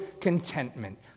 contentment